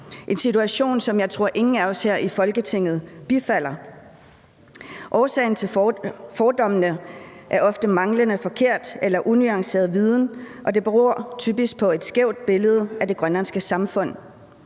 en situation, som jeg ikke tror at nogen af os her i Folketinget bifalder. Årsagen til fordommene er ofte manglende, forkert eller unuanceret viden, og det beror typisk på et skævt billede af det grønlandske samfund.